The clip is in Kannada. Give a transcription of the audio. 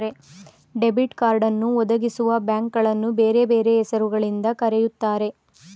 ಡೆಬಿಟ್ ಕಾರ್ಡನ್ನು ಒದಗಿಸುವಬ್ಯಾಂಕ್ಗಳನ್ನು ಬೇರೆ ಬೇರೆ ಹೆಸರು ಗಳಿಂದ ಕರೆಯುತ್ತಾರೆ